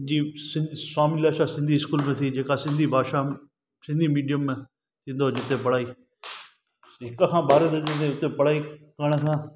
मुंहिंजी सिंधु स्वामीयाशा सिंधी इस्कूलु में थी जेका सिंधी भाषा में सिंधी मीडियम में थींदो जिते पढ़ाई हिक खां ॿारहें दर्जे में पढ़ाई करण खां